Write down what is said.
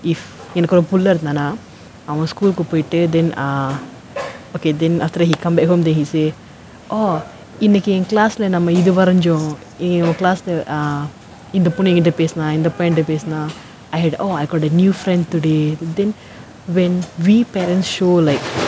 if எனக்கொரு புள்ள இருந்தானா அவ:enakkoru pulla irunthaana ava school கு போய்ட்டு:ku poyittu then err okay then after that he come back home then he say orh இன்னைக்கி என்:innaiku en class lah நம்ம இது வரைஞ்சோம்:namma ithu varainjom err நம்ம:namma class lah err இந்த பொண்ணு கிட்ட பேசுனா இந்த பையன்ட்ட பேசினா:intha ponnu kitta pesunaa intha paiyanthaa pesinaa I had oh I've got a new friend today then when we parents show like